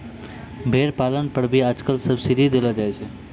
भेड़ पालन पर भी आजकल सब्सीडी देलो जाय छै